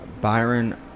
Byron